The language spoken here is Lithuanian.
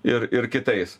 ir ir kitais